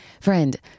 Friend